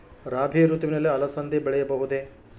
ರಾಭಿ ಋತುವಿನಲ್ಲಿ ಅಲಸಂದಿ ಬೆಳೆಯಬಹುದೆ?